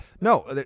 No